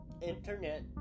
Internet